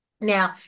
Now